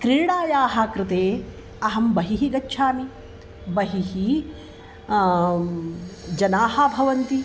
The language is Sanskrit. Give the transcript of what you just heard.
क्रीडायाः कृते अहं बहिः गच्छामि बहिः जनाः भवन्ति